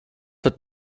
wird